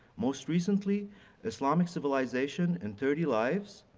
most recently islamic civilization in thirty lives.